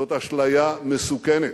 זאת אשליה מסוכנת.